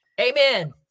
Amen